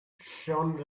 shone